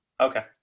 Okay